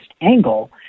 angle